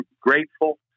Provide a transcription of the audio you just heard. grateful